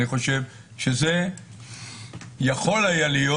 אני חושב שזה יכול היה להיות